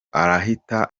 arahita